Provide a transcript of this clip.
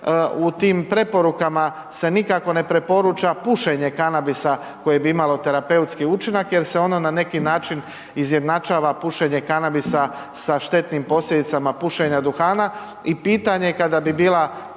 u tim preporukama se nikako ne preporuča pušenje kanabisa koji bi imalo terapeutski učinak jer se ono na neki način izjednačava pušenje kanabisa sa štetnim posljedicama pušenja duhana i pitanje je kada bi bila